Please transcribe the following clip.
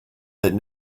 that